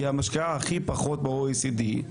היא משקיעה הכי פחות מ-OECD,